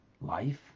life